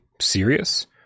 serious